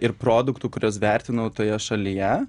ir produktų kuriuos vertinau toje šalyje